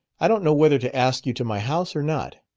i don't know whether to ask you to my house or not.